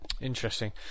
Interesting